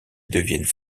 deviennent